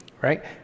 right